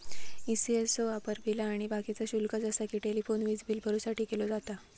ECS चो वापर बिला आणि बाकीचा शुल्क जसा कि टेलिफोन, वीजबील भरुसाठी केलो जाता